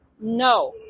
No